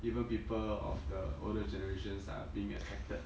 even people of the older generations are being attracted